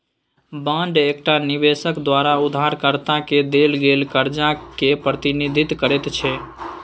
bond एकटा निबेशक द्वारा उधारकर्ता केँ देल गेल करजा केँ प्रतिनिधित्व करैत छै